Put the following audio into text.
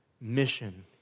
mission